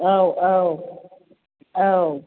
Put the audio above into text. औ औ औ